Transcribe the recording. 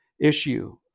issue